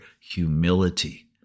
humility